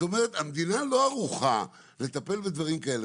המדינה לא ערוכה לטפל בדברים כאלה.